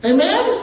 Amen